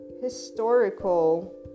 historical